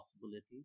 possibility